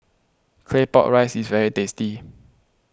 Claypot Rice is very tasty